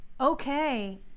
Okay